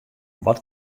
wat